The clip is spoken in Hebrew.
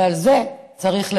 ועל זה צריך לברך.